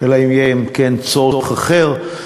אלא אם כן יהיה צורך אחר,